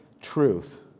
truth